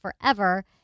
forever